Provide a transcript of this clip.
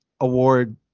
award